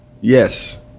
yes